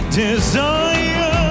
desire